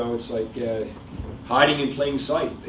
um it's like hiding in plain sight.